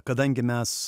kadangi mes